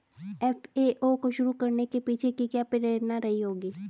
FAO को शुरू करने के पीछे की क्या प्रेरणा रही होगी?